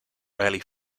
rarely